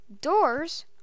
doors